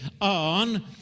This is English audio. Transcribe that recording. on